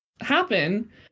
happen